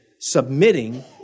submitting